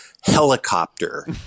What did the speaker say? helicopter